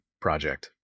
project